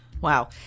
Wow